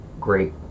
great